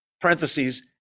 parentheses